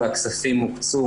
והכספים הוקצו